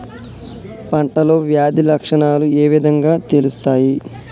పంటలో వ్యాధి లక్షణాలు ఏ విధంగా తెలుస్తయి?